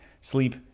sleep